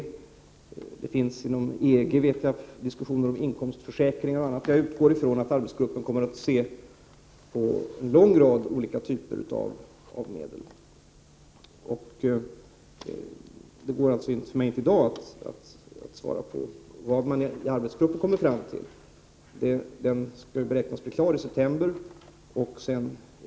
Jag vet att 4 april 1989 det inom EG förekommer diskussioner om inkomstförsäkringar och annat. Jag utgår ifrån att arbetsgruppen kommer att se på en lång rad av olika typer av medel. Det går alltså inte för mig att i dag svara på vad arbetsgruppen kommer fram till. Den beräknas bli klar med sitt arbete i september.